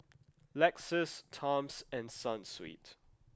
Lexus Toms and Sunsweet